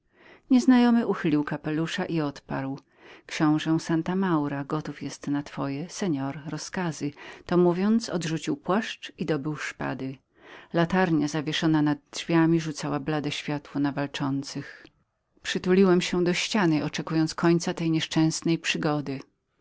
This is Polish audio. nieznajomy uchylił kapelusza i odparł książe santa maura gotów jest na twoje seor rozkazy to mówiąc odrzucił płaszcz i dobył szpady latarnia zawieszona nad drzwiami rzucała blade światło na walczących ja przytuliłem się do ściany oczekując końca tej nieszczęsnej przygody